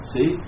See